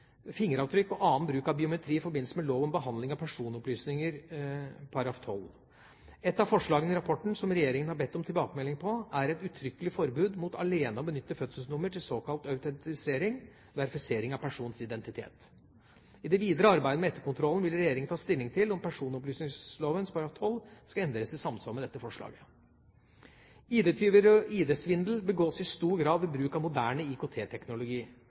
fingeravtrykk og annen bruk av biometri i forbindelse med lov om behandling av personopplysninger § 12. Et av forslagene i rapporten som regjeringa har bedt om tilbakemelding på, er et uttrykkelig forbud mot alene å benytte fødselsnummer til såkalt autentisering – verifisering av en persons identitet. I det videre arbeid med etterkontrollen vil regjeringa ta stilling til om personopplysningsloven § 12 skal endres i samsvar med dette forslaget. ID-tyverier og ID-svindel begås i stor grad ved bruk av moderne